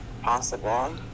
possible